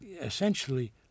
essentially